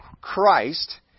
Christ